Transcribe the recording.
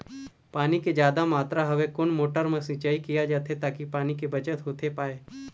पानी के जादा मात्रा हवे कोन मोटर मा सिचाई किया जाथे ताकि पानी के बचत होथे पाए?